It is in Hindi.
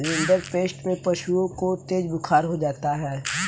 रिंडरपेस्ट में पशुओं को तेज बुखार हो जाता है